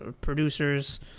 producers